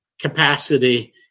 capacity